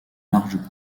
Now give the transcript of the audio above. large